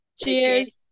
Cheers